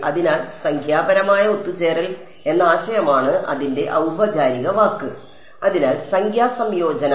അതിനാൽ സംഖ്യാപരമായ ഒത്തുചേരൽ എന്ന ആശയമാണ് അതിന്റെ ഔപചാരിക വാക്ക് അതിനാൽ സംഖ്യാ സംയോജനം